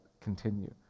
continue